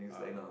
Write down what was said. ah